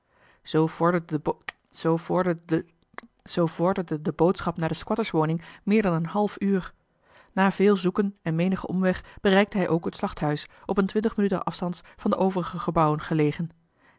zoo vorderde de boodschap naar de squatterswoning meer dan een half uur na veel zoeken en menigen omweg bereikte hij ook het slachthuis op een twintig minuten afstands van de overige gebouwen gelegen